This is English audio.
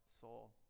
soul